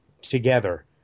together